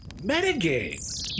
metagame